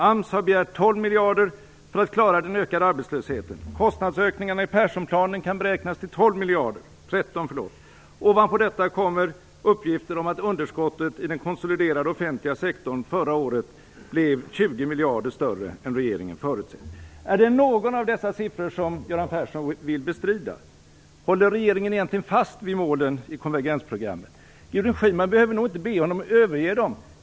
AMS har begärt 12 miljarder för att klara den ökade arbetslösheten. Kostnadsökningarna i Perssonplanen kan beräknas till 13 miljarder. Ovanpå detta kommer uppgifter om att underskottet i den konsoliderade offentliga sektorn förra året blev 20 miljarder större än regeringen förutsåg. Är det någon av dessa siffror som Göran Persson vill bestrida? Håller regeringen egentligen fast vid målen i konvergensprogrammet? Gudrun Schyman behöver nog inte be Göran Persson att överge dem.